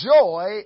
joy